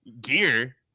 gear